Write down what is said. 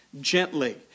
Gently